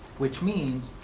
which means,